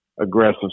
aggressive